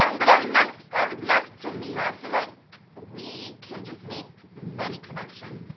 um but i would love, i would love to meet her. i feel like we can just make many connections.